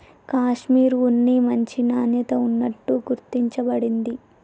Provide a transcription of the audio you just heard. కాషిమిర్ ఉన్ని మంచి నాణ్యత ఉన్నట్టు గుర్తించ బడింది